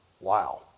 Wow